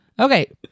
Okay